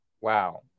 Wow